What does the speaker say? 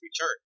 return